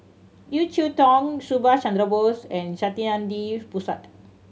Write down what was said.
Yeo Cheow Tong Subhas Chandra Bose and Saktiandi Supaat